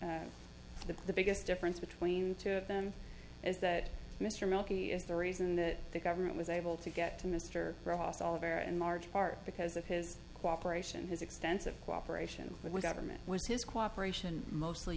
most the biggest difference between the two of them is that mr melky is the reason that the government was able to get to mr rojas all bare and large part because of his cooperation his extensive cooperation with the government was his cooperation mostly